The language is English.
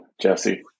Jesse